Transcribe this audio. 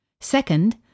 Second